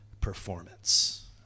performance